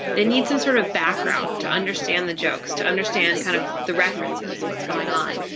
they need some sort of background to understand the jokes, to understand kind of the references, what's going on.